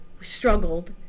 struggled